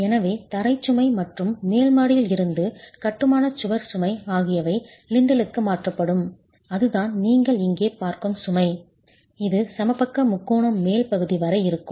எனவே தரைச் சுமை மற்றும் மேல் மாடியில் இருந்து கட்டுமான சுவர் சுமை ஆகியவை லிண்டலுக்கு மாற்றப்படும் அதுதான் நீங்கள் இங்கே பார்க்கும் சுமை இது சமபக்க முக்கோணம் மேல் பகுதி வரை இருக்கும்